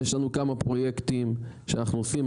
יש לנו כמה פרויקטים שאנחנו עושים,